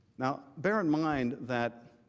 now their and mind that